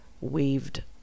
weaved